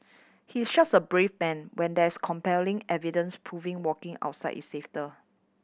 he is such a brave man when there's compelling evidence proving walking outside is safer